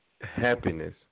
happiness